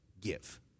give